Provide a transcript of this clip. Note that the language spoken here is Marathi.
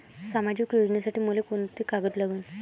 सामाजिक योजनेसाठी मले कोंते कागद लागन?